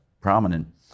prominent